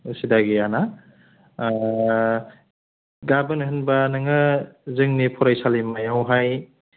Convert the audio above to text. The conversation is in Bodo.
उसुबिदा गैयाना गाबोन होनबा नोङो जोंनि फरायसालिमायाव हाय